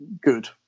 good